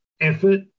effort